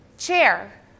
Chair